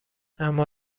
اما